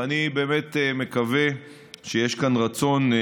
ואני באמת מקווה שיש כאן רצון,